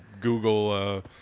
Google